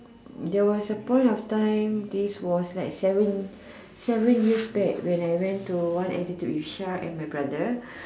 there was a point of time this was like seven seven years back when I went to one altitude with Char and my brother